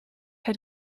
had